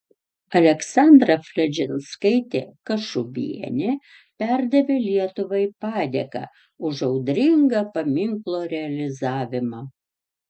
aleksandra fledžinskaitė kašubienė perdavė lietuvai padėką už audringą paminklo realizavimą